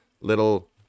little